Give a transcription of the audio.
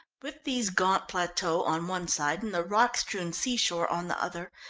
with these gaunt plateaux on one side and the rock-strewn seashore on the other,